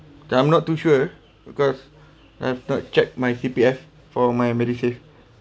I'm not too sure because I've not check my C_P_F for my medisave